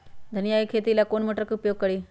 धनिया के खेती ला कौन मोटर उपयोग करी?